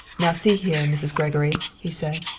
now see here, mrs. gregory, he said,